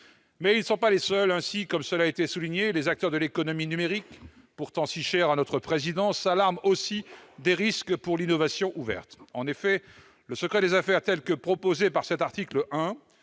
Ils ne sont pas les seuls ! Ainsi, cela a été souligné, les acteurs de l'économie numérique, pourtant si chers à notre président, s'alarment aussi des risques pour l'innovation ouverte. En effet, le secret des affaires tel que défini à l'article 1